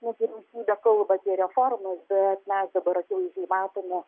nors vyriausybė kalba apie reformas bet mes dabar akivaizdžiai matome